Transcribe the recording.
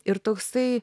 ir toksai